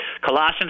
Colossians